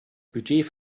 budget